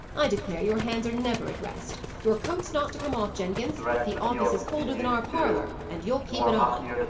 i declare your hands are never at rest. your coat's not to come off, jenkins. the office is colder than our parlour, and you'll keep it on.